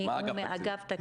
הוא מאגף תקציבים.